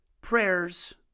Prayers